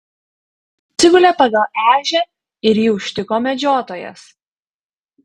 atsigulė pagal ežią ir jį užtiko medžiotojas